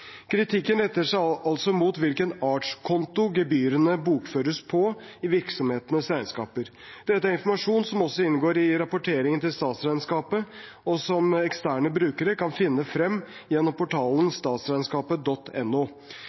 Kritikken retter seg altså mot hvilken artskonto gebyrene bokføres på i virksomhetenes regnskaper. Dette er informasjon som også inngår i rapporteringen til statsregnskapet, og som eksterne brukere kan finne frem gjennom portalen